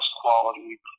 quality